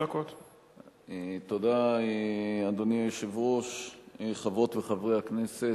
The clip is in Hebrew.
כל הכבוד, יושב-ראש חברת החשמל,